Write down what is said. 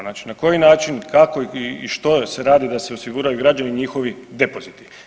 Znači na koji način, kako i što se radi da se osiguraju građani i njihovi depoziti.